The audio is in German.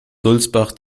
sulzbach